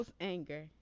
anger